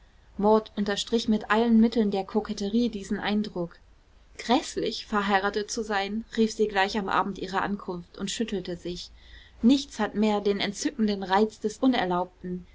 maud unterstrich mit allen mitteln der koketterie diesen eindruck gräßlich verheiratet zu sein rief sie gleich am abend ihrer ankunft und schüttelte sich nichts hat mehr den entzückenden reiz des unerlaubten